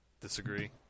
Disagree